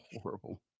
horrible